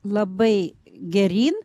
labai geryn